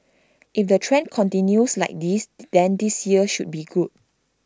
if the trend continues like this then this year should be good